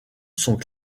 sont